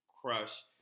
crush